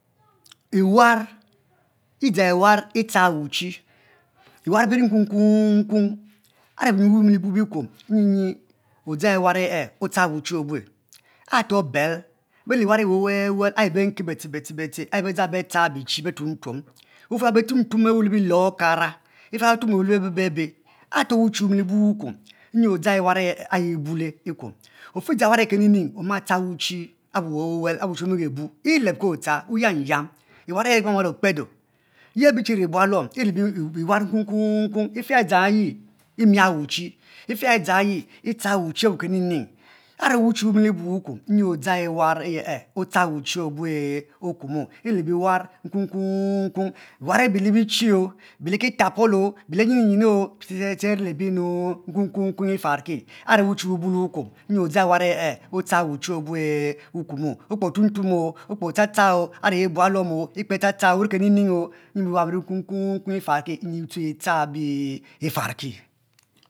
I warr dzang war iteha wuchi biwar biri nkukukun, are biyu bue bi buo le bekuom nyi odzang ewa aio octcar wuchi obu are to lo beil beri le war ayi iri benke be te be be te ayi be dzang betuom tuom ufe ha be tuo tuo le bilor okara afe betuomo lebe be be are wuchi wunibu wukuom nyi odzang iwarr ayi ibule okuo m ofi dzang warr ayi kening oma tchar wuchi abu wu wel wuwel abuche wumi ge bu, elebki otchar wuyiam yiam warr aye imamal okpedo ye be be iri bualo iri le biwarr nku ku kun afe adzang eyie emia wuchi apie adzang yi ipia wuchi abu kenunu are wuchi wu mili bu wokuom nyi odzang warr aye otchar wuchi obue okumu eiri le bi warr nkum kun kun biwar abi le bichi bi likitapol bili ma kuano te te iri le binu nku kun ifa ki are wuchi wubule wukuom nyi odzang wan aye itchar wuchio obue wukumu okpe oyuom tuomo okpe otchar ctchar are ye bualuom le nkening nyi biwarr biri nkunku bifarki nyi tchar bifa ki